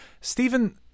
Stephen